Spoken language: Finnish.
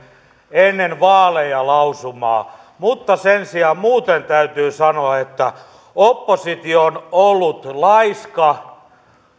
ennen vaaleja lausumaa mutta sen sijaan muuten täytyy sanoa että oppositio on ollut laiska